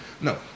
no